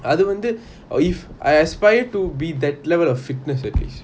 அது வந்து:athu vanthu if I aspire to be that level of fitness at least